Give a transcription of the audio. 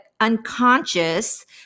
unconscious